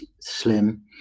slim